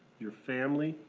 your family,